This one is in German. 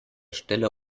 stelle